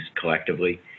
collectively